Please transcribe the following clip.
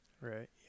Right